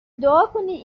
دعاکنید